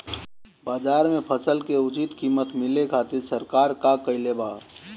बाजार में फसल के उचित कीमत मिले खातिर सरकार का कईले बाऽ?